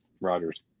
Rogers